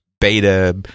beta